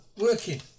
working